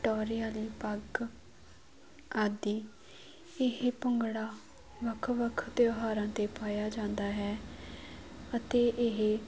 ਤੁਰਲੇ ਵਾਲੀ ਪੱਗ ਆਦਿ ਇਹ ਭੰਗੜਾ ਵੱਖੋ ਵੱਖ ਤਿਉਹਾਰਾਂ 'ਤੇ ਪਾਇਆ ਜਾਂਦਾ ਹੈ ਅਤੇ ਇਹ